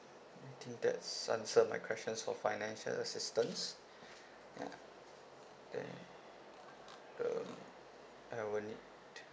I think that answer my questions for financial assistance ya okay um I will need to